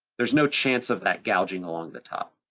there's no chance of that gouging along the top.